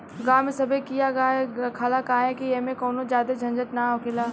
गांव में सभे किहा गाय रखाला काहे कि ऐमें कवनो ज्यादे झंझट ना हखेला